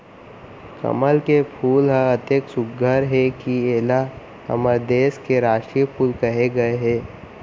कमल के फूल ह अतेक सुग्घर हे कि एला हमर देस के रास्टीय फूल कहे गए हे